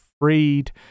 Freed